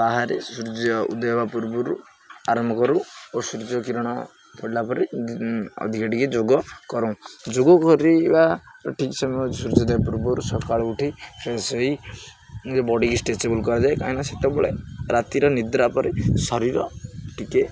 ବାହାରେ ସୂର୍ଯ୍ୟ ଉଦୟ ହବା ପୂର୍ବରୁ ଆରମ୍ଭ କରୁ ଓ ସୂର୍ଯ୍ୟ କିିରଣ ପଡ଼ିଲା ପରେ ଅଧିକା ଟିକେ ଯୋଗ କରୁଁ ଯୋଗ କରିବା ଠିକ୍ ସମୟ ସୂର୍ଯ୍ୟୋଦୟ ପୂର୍ବରୁ ସକାଳୁ ଉଠି ଫ୍ରେଶ୍ ହେଇ ବଡ଼ିକି ଷ୍ଟ୍ରେଚେବୁଲ୍ କରାଯାଏ କାହିଁକିନା ସେତେବେଳେ ରାତିରେ ନିଦ୍ରା ପରେ ଶରୀର ଟିକେ